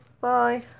Bye